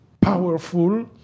powerful